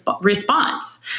response